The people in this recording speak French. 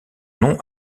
nom